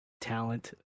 talent